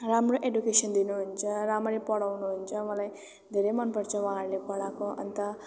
राम्रो एडुकेसन दिनुहुन्छ राम्ररी पढाउनुहुन्छ मलाई धेरै मनपर्छ उहाँहरूले पढाएको अन्त